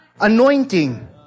anointing